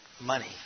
money